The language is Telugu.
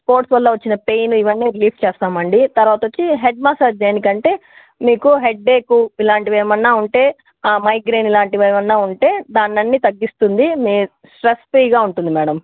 స్పోర్ట్స్ వల్ల వచ్చిన పెయిన్ ఇవి అన్ని రిలీఫ్ చేస్తామండి తరువాత వచ్చి హెడ్ మసాజ్ దేనికంటే మీకూ హెడ్డేకు ఇలాంటివి ఏమైనా ఉంటే మైగ్రేయిన్ ఇలాంటివి ఏమైనా ఉంటే దాన్ని అన్ని తగ్గిస్తుంది మీకు స్ట్రెస్ ఫ్రీగా ఉంటుంది మేడమ్